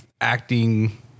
acting